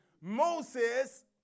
Moses